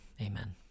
amen